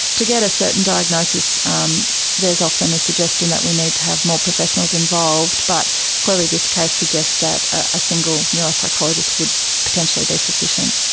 to get a certain diagnosis um often a suggestion that we need to have more professionals involved, but clearly this case suggests that a single neuropsychologist would potentially be sufficient.